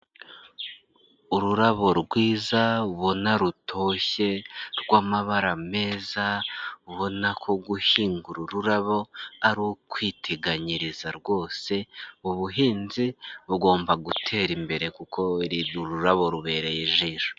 Ururabo rwiza ubona rutoshye rw'amabara meza, ubona ko guhinga uru rurabo ari ukwiteganyiriza rwose, ubuhinzi bugomba gutera imbere kuko uru rurabo rubereye ijisho.